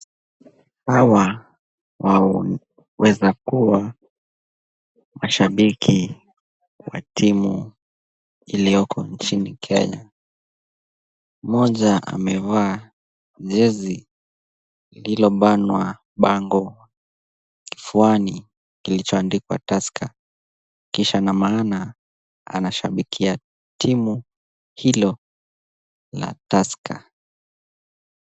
Hawa wanaweza kua mashabiki wa timu iliyoko nchini Kenya. Mmoja amevaa jezi ililo banwa bango kifuani kilicho andikwa tusker kisha na maana anashabikia timu hilo la [ lcs] tusker .